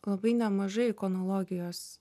labai nemažai ikonologijos